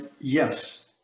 Yes